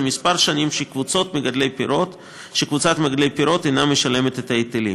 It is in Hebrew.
זה כמה שנים קבוצת מגדלי פירות אינה משלמת את ההיטלים.